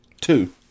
two